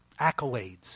accolades